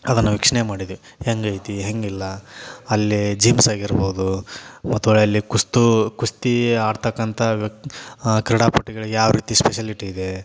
ಅದನ್ನು ವೀಕ್ಷಣೆ ಮಾಡಿದ್ದೀವಿ ಹೇಗೈತಿ ಹೇಗಿಲ್ಲ ಅಲ್ಲಿ ಜಿಮ್ಸ್ ಆಗಿರ್ಬೋದು ಮತ್ತು ಹೊರ್ಳಿ ಅಲ್ಲಿ ಕುಸ್ತಿ ಕುಸ್ತಿ ಆಡತಕ್ಕಂಥ ಆ ಕ್ರೀಡಾಪಟುಗಳಿಗೆ ಯಾವ ರೀತಿ ಸ್ಪೆಷಲಿಟಿ ಇದೆ